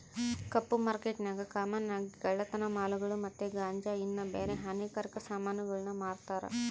ಕಪ್ಪು ಮಾರ್ಕೆಟ್ನಾಗ ಕಾಮನ್ ಆಗಿ ಕಳ್ಳತನ ಮಾಲುಗುಳು ಮತ್ತೆ ಗಾಂಜಾ ಇನ್ನ ಬ್ಯಾರೆ ಹಾನಿಕಾರಕ ಸಾಮಾನುಗುಳ್ನ ಮಾರ್ತಾರ